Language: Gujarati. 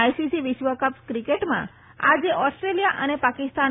આઈસીસી વિશ્વકપ ક્રિકેટમાં આજે ઓસ્ટ્રેલિયા અને પાકિસ્તાન